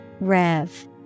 Rev